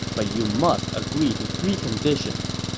but you must agree to three conditions.